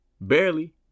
barely